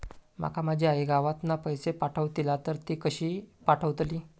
माका माझी आई गावातना पैसे पाठवतीला तर ती कशी पाठवतली?